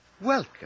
Welcome